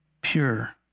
pure